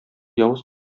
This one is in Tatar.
явыз